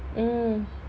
mm